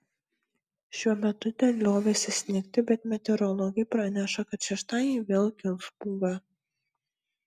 šiuo metu ten liovėsi snigti bet meteorologai praneša kad šeštadienį vėl kils pūga